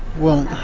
well,